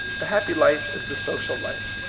the happy life is the social life.